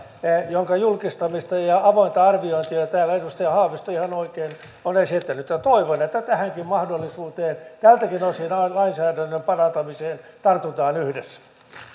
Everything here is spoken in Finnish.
jonka julkistamista ja ja avointa arviointia täällä edustaja haavisto ihan oikein on esittänyt toivon että tähänkin mahdollisuuteen tältäkin osin lainsäädännön parantamiseen tartutaan yhdessä